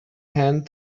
hand